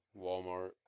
Walmart